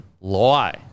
lie